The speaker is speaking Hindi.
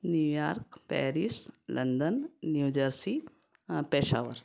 New York Paris London New Jersey Peshawar